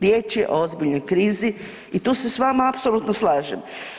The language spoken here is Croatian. Riječ je o ozbiljnoj krizi i tu se s vama apsolutno slažem.